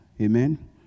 Amen